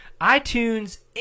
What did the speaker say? iTunes